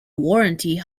warranty